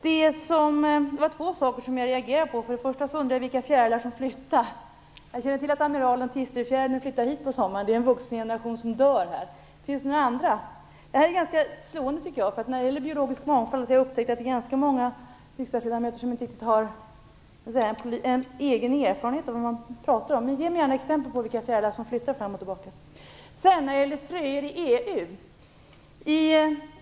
Det var två saker i Tuve Skånbergs anförande som jag reagerade på. För det första undrar jag vilja fjärilar som flyttar. Jag känner till att amiral och tistelfjäril flyttar hit på sommaren, men det är en vuxengeneration, som dör här. Finns det några andra? Ge mig gärna exempel på fjärilar som flyttar fram och tillbaka! Det här är ganska slående. När det gäller biologisk mångfald har jag upptäckt att ganska många riksdagsledamöter inte har någon egen erfarenhet av det som de pratar om. För det andra gällde det fröer i EU.